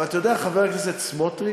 אבל אתה יודע, חבר הכנסת סמוטריץ,